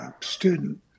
student